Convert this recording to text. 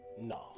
no